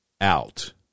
out